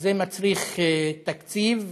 זה מצריך תקציב,